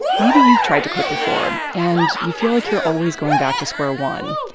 maybe you've tried to quit before and you feel like you're always going back to square one.